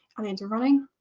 are they into running?